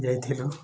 ଯାଇଥିଲୁ